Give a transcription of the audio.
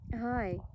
Hi